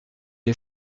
est